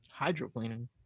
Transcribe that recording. Hydroplaning